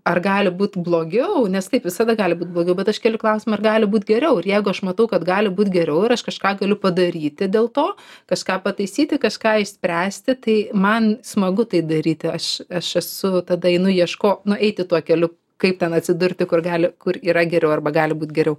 ar gali būt blogiau nes taip visada gal būti blogiau bet aš keliu klausimą ar gali būt geriau ir jeigu aš matau kad gali būt geriau ir aš kažką galiu padaryti dėl to kažką pataisyti kažką išspręsti tai man smagu tai daryti aš aš esu tada einu ieško nu eiti tuo keliu kaip ten atsidurti kur gali kur yra geriau arba gali būt geriau